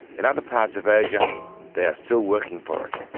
in other parts of asia they are still working for it.